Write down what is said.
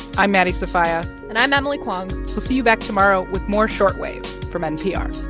i'm maddie sofia and i'm emily kwong we'll see you back tomorrow with more short wave from npr